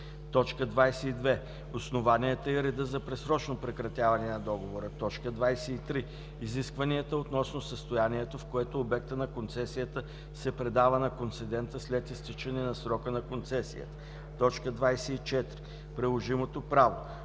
22. основанията и реда за предсрочно прекратяване на договора; 23. изискванията относно състоянието, в което обектът на концесията се предава на концедента след изтичането на срока на концесията; 24. приложимото право;